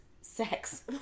sex